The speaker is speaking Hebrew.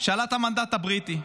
שלט המנדט הבריטי.